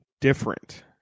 Different